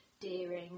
Deering